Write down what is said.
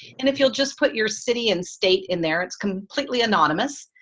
and if you'll just put your city and state in there, it's completely anonymous,